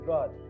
God